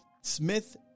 Smith